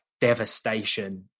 devastation